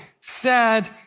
sad